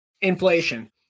Inflation